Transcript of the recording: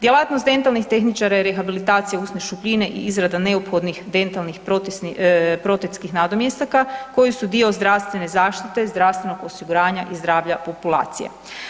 Djelatnost dentalnih tehničara je rehabilitacija usne šupljine i izrada neophodnih dentalnih protetskih nadomjestaka koji su dio zdravstvene zaštite, zdravstvenog osiguranja i zdravlja populacije.